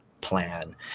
plan